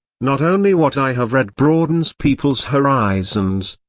not only what i have read broadens peoples' horizons,